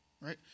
Right